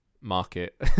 Market